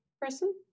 person